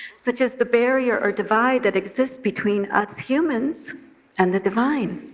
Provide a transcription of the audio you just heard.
such as the barrier or divide that exists between us humans and the divine,